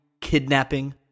kidnapping—